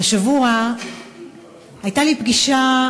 השבוע הייתה לי פגישה